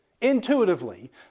intuitively